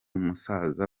musaza